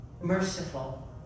merciful